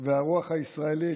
והרוח הישראלית,